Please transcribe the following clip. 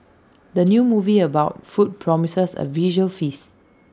the new movie about food promises A visual feast